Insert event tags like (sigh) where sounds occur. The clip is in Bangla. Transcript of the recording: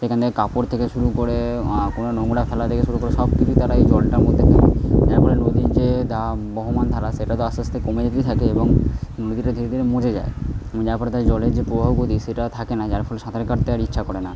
সেখানে কাপড় থেকে শুরু করে কোনো নোংরা ফেলা থেকে শুরু করে সব কিছু তারা এই জলটার মধ্যে করে যার ফলে নদীর যে (unintelligible) বহমান ধারা সেটা তো আস্তে আস্তে কমে যেতেই থাকে এবং নদীটা ধীরে ধীরে মজে যায় যার ফলে তার জলের যে প্রবাহ গতি সেটা থাকে না যার ফলে সাঁতার কাটতে আর ইচ্ছা করে না